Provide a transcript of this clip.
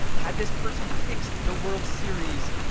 had this person fixed the world series?